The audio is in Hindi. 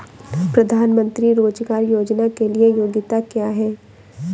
प्रधानमंत्री रोज़गार योजना के लिए योग्यता क्या है?